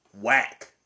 whack